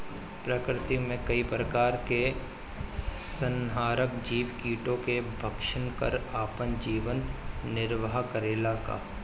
प्रकृति मे कई प्रकार के संहारक जीव कीटो के भक्षन कर आपन जीवन निरवाह करेला का?